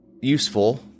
useful